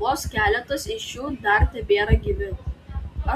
vos keletas iš jų dar tebėra gyvi